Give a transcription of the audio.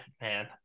man